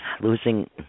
losing